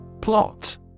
Plot